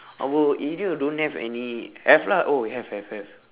our area don't have any have lah oh have have have